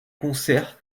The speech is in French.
concerts